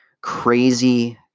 crazy